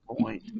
point